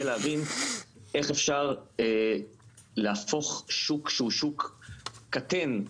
להבין איך אפשר להפוך שוק שהוא שוק קטן,